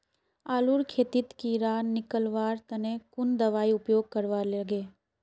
आलूर खेतीत कीड़ा निकलवार तने कुन दबाई उपयोग करवा लगे?